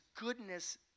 goodness